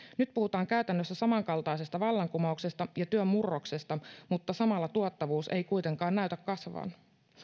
nyt puhutaan käytännössä samankaltaisesta vallankumouksesta ja työn murroksesta mutta samalla tuottavuus ei kuitenkaan näytä kasvavan